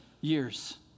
years